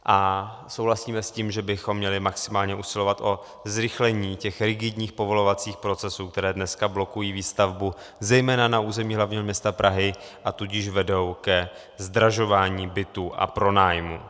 A souhlasíme s tím, že bychom měli maximálně usilovat o zrychlení těch rigidních povolovacích procesů, které dneska blokují výstavbu zejména na území hlavního města Prahy, a tudíž vedou ke zdražování bytů a pronájmů.